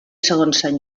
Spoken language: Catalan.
segons